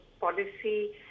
policy